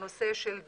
הנושא של תזונה,